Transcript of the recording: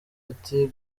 ati